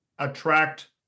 attract